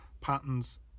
patterns